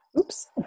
Oops